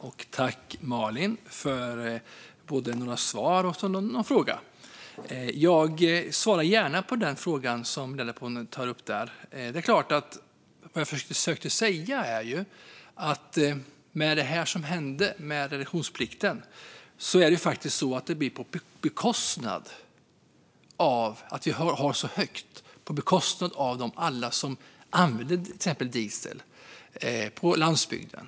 Fru talman! Tack för både några svar och någon fråga, Malin! Jag svarar gärna på den fråga som ledamoten tar upp. Det jag försökte säga var att den höga reduktionsplikten blir på bekostnad av alla som använder diesel på landsbygden.